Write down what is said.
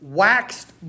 waxed